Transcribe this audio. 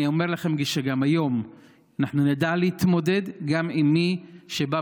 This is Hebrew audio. אני אומר לכם שגם היום אנחנו נדע להתמודד גם עם מי שבא